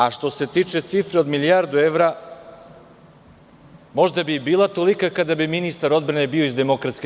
A što se tiče cifre od milijardu evra, možda bi i bila tolika kada bi ministar odbrane bio iz DS.